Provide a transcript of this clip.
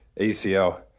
ACL